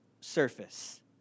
Surface